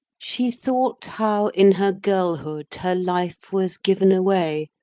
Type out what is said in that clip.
she thought how in her girlhood her life was given away,